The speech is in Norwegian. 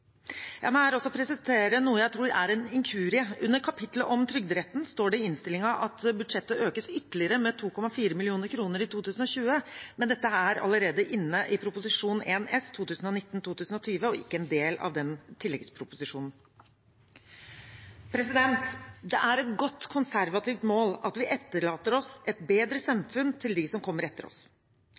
Jeg må her også presisere noe jeg tror er en inkurie. Under kapittelet om Trygderetten står det i innstillingen at budsjettet økes ytterligere med 2,4 mill. kr i 2020, men dette er allerede inne i Prop. 1 S for 2019–2020, og er ikke en del av den tilleggsproposisjonen. Det er et godt konservativt mål at vi etterlater oss et bedre samfunn til dem som kommer etter oss.